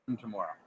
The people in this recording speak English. Tomorrow